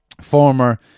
former